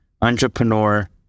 entrepreneur